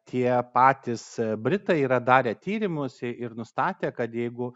tie patys britai yra darę tyrimus ir nustatę kad jeigu